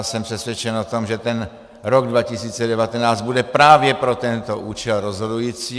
Jsem přesvědčen o tom, že rok 2019 bude právě pro tento účel rozhodující.